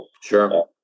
Sure